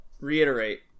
reiterate